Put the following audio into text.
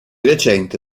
recente